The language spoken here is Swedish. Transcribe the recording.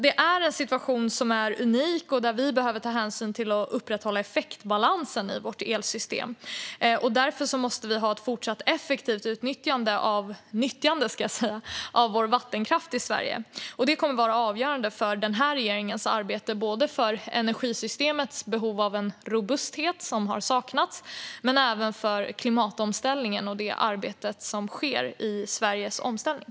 Det är en situation som är unik och där vi behöver ta hänsyn till att upprätthålla effektbalansen i vårt elsystem. Därför måste vi ha ett fortsatt effektivt nyttjande av vattenkraften i Sverige. Det kommer att vara avgörande för den här regeringens arbete när det gäller energisystemets behov av robusthet, vilket har saknats, men även för klimatomställningen och för det arbete som sker i Sveriges omställning.